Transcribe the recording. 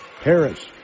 Harris